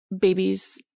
babies